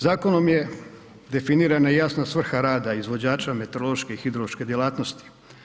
Zakonom je definirana i jasna svrha rada izvođača meteoroloških i hidrološke djelatnosti.